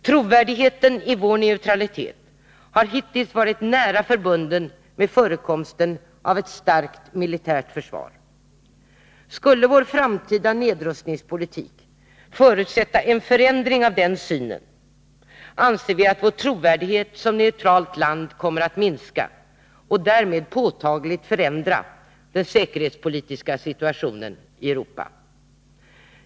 Trovärdigheten i vår neutralitet har hittills varit nära förbunden med förekomsten av ett starkt militärt försvar. Skulle vår framtida nedrustningspolitik förutsätta en förändring av den synen, anser vi att vår trovärdighet som neutralt land kommer att minska och därmed påtagligt förändra den säkerhetspolitiska situationen i Europa.